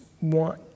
want